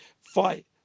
fight